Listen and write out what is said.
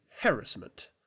harassment